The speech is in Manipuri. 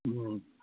ꯎꯝ